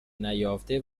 نیافته